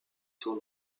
sont